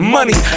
Money